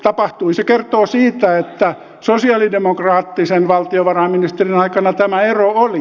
se kertoo siitä että sosialidemokraattisen valtiovarainministerin aikana tämä ero oli